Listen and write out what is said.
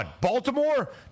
Baltimore